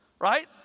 right